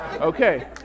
Okay